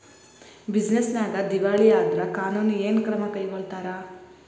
Business ನ್ಯಾಗ ದಿವಾಳಿ ಆದ್ರ ಕಾನೂನು ಏನ ಕ್ರಮಾ ಕೈಗೊಳ್ತಾರ?